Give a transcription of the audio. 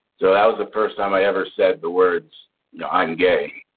so that was the first time i ever said the words you know i'm gay.